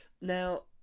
Now